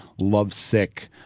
lovesick